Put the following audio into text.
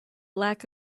lack